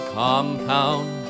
compound